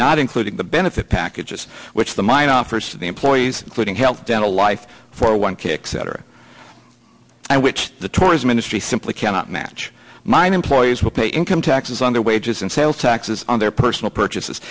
not including the benefit packages which the mine offers the employees quitting health dental life for one kick cetera which the tourism industry simply cannot match mine employees will pay income taxes on their wages and sales taxes their personal purchases